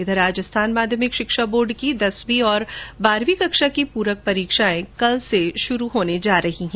इधर राजस्थान माध्यमिक शिक्षा बोर्ड की दसवीं और बारहवीं की पूरक परीक्षाएं कल से शुरू हो रही हैं